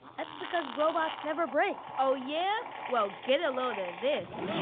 that's because robots never break. oh yeah? well, get a load of this.